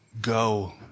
Go